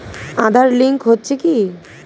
Aadhaar link হচ্ছে কি?